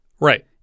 Right